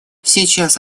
сейчас